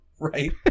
Right